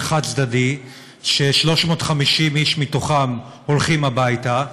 חד-צדדי ש-350 איש מתוכם הולכים הביתה,